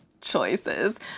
choices